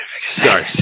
sorry